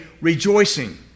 rejoicing